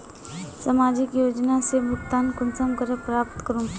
सामाजिक योजना से भुगतान कुंसम करे प्राप्त करूम?